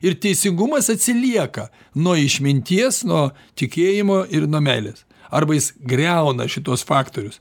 ir teisingumas atsilieka nuo išminties nuo tikėjimo ir nuo meilės arba jis griauna šituos faktorius